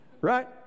right